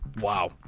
Wow